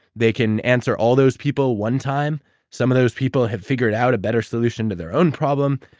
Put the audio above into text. they can answer all those people one time some of those people have figured out a better solution to their own problem.